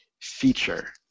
feature